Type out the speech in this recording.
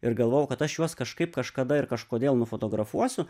ir galvojau kad aš juos kažkaip kažkada ir kažkodėl nufotografuosiu